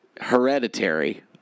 hereditary